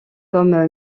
comme